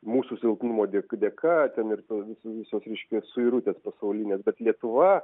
mūsų silpnumo dė dėka ten ir to viso visos reiškia ir suirutės pasaulinės bet lietuva